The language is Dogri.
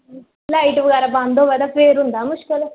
लाइट बगैरा बंद होवै ते फिर होंदा मुश्कल